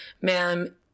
ma'am